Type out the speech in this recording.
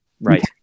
Right